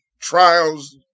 trials